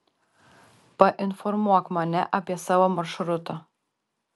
painformuok mane apie savo maršrutą